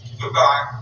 Goodbye